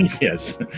Yes